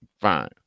fine